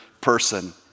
person